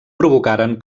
provocaren